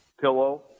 pillow